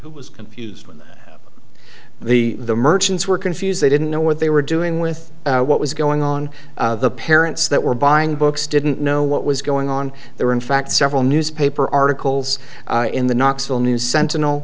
was confused the the merchants were confused they didn't know what they were doing with what was going on the parents that were buying books didn't know what was going on there were in fact several newspaper articles in the knoxville news sentinel